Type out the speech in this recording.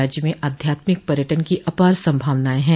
राज्य में आध्यात्मिक पर्यटन की आपार संभावनाएं है